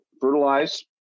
fertilize